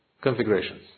configurations